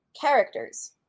characters